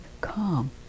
calm